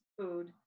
food